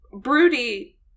broody